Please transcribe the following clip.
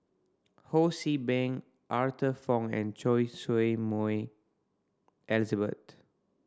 Ho See Beng Arthur Fong and Choy Su Moi Elizabeth